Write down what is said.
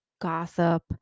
gossip